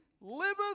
liveth